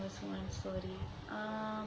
that's one story um